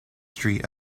street